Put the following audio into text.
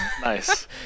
Nice